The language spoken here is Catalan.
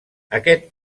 aquest